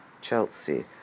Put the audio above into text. Chelsea